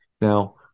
Now